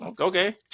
Okay